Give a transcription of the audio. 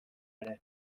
ere